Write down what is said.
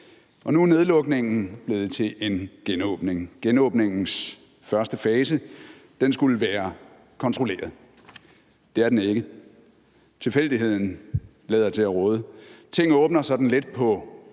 Nu er nedlukningen blevet til en genåbning, og genåbningens første fase skulle være kontrolleret. Det er den ikke. Tilfældigheden lader til at råde. Tingene åbner sådan lidt på